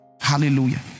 Hallelujah